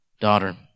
Daughter